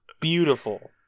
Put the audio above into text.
beautiful